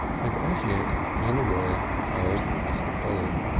and as yet unaware of mr. polly.